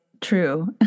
true